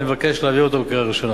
אני מבקש להעביר זאת בקריאה ראשונה.